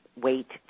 weight